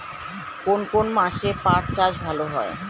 কোন কোন মাসে পাট চাষ ভালো হয়?